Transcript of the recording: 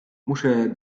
muszę